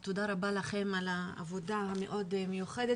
תודה רבה לכן על העבודה המאוד מיוחדת,